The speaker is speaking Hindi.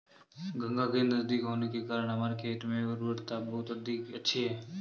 गंगा के नजदीक होने के कारण हमारे खेत में उर्वरता बहुत अच्छी है